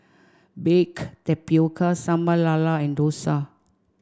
Baked Tapioca Sambal Lala and Dosa